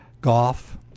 Golf